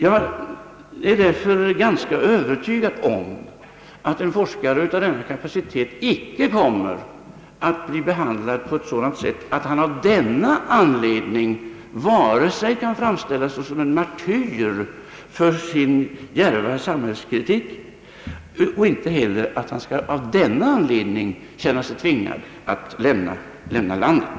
Jag är därför ganska övertygad om att en forskare av denna kapacitet icke kommer att bli behandlad på sådant sätt att han av denna anledning vare sig kan framställas som en martyr för sin djärva samhällskritik eller av denna anledning känna sig tvingad att lämna landet.